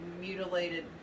mutilated